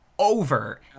Over